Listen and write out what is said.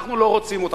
אנחנו לא רוצים אותם.